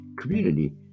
community